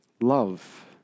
Love